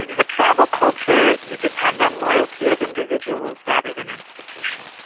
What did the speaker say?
the tribal culture you depend on loyalty of individuals rather than institutions,